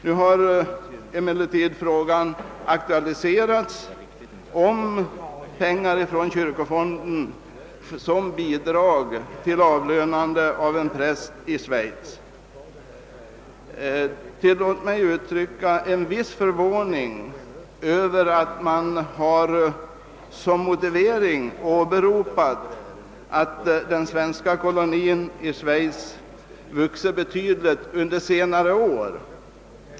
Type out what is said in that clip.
Nu har emellertid frågan aktualiserats om peng Tillåt mig, herr talman, uttrycka en viss förvåning över att man såsom motivering har åberopat att den svenska kolonin i Schweiz har vuxit betydligt under senare år.